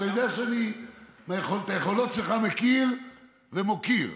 אתה יודע שאני את היכולות שלך מכיר ומוקיר.